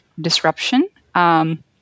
disruption